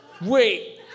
Wait